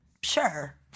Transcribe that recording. Sure